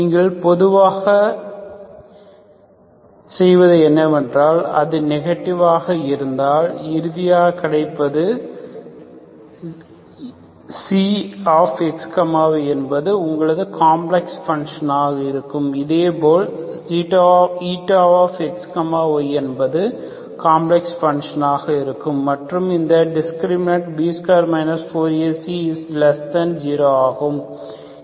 நீங்கள் பெறுவது என்னவென்றால் அது நெகடிவ் இருந்தால் நீங்கள் இறுதியாக கிடைப்பது என்னவென்றால் xy என்பது உங்களது காம்ப்ளக்ஸ் ஃபங்ஷன் ஆக இருக்கும் இதே போல் xy என்பது உங்களது காம்ப்ளக்ஸ் ஃபங்ஷன் ஆக இருக்கும் மற்றும் இந்த டிஸ்கிரிமினண்ட் B2 4AC0 ஆகும்